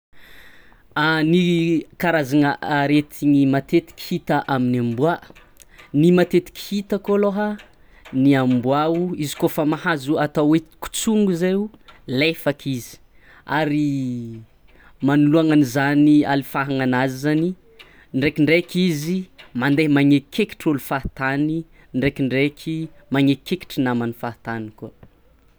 Ny karazagna aretigny matetiky hita amin'ny amboà; ny matetiky hitako alohà: ny amboào izy koafa mahazo atao hoe kotsongo zay o, lefaka izy ary manoloagnan'izany alifahagnanazy zany ndraikindraiky izy mandaiha magnekikekitry ôlo fahatany, ndraikindraiky magnekikekitry namany fahatany koà.